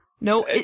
No